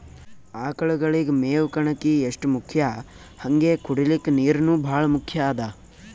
ಆಕಳಗಳಿಗ್ ಮೇವ್ ಕಣಕಿ ಎಷ್ಟ್ ಮುಖ್ಯ ಹಂಗೆ ಕುಡ್ಲಿಕ್ ನೀರ್ನೂ ಭಾಳ್ ಮುಖ್ಯ ಅದಾ